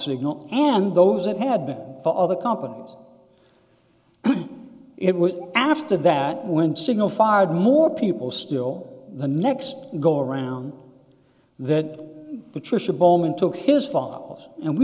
signal and those that had been for other companies it was after that when signal fired more people still the next go around that patricia bowman took his followers and we